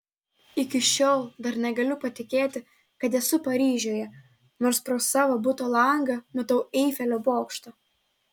iki šiol dar negaliu patikėti kad esu paryžiuje nors pro savo buto langą matau eifelio bokštą